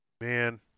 Man